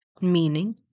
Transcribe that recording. Meaning